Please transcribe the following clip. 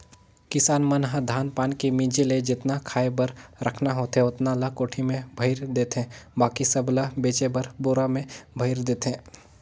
किसान मन ह धान पान के मिंजे ले जेतना खाय बर रखना होथे ओतना ल कोठी में भयर देथे बाकी ल बेचे बर बोरा में भयर देथे